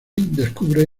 descubre